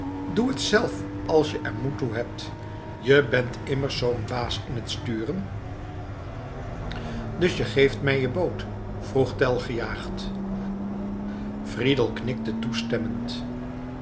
doe het zelf als je er moed toe hebt je bent immers zoo'n baas in het sturen dus je geeft mij je boot vroeg tell gejaagd friedel knikte toestemmend